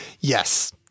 yes